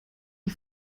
die